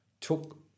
took